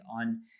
on